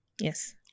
Yes